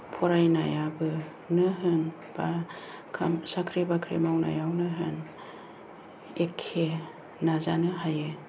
फरायनायावनो होन एबा खाम साख्रि बाख्रि मावनायावनो होन एखे नाजानो हायो